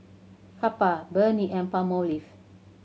Kappa Burnie and Palmolive